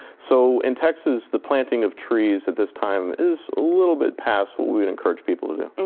so in texas, the planting of trees at this time is little bit past what we would encourage people to do.